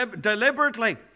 deliberately